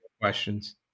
questions